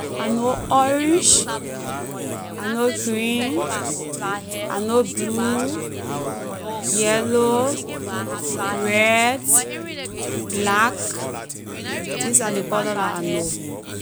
I know orange I know green I know blue yellow red black these are ley color la I know